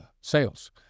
sales